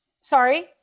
Sorry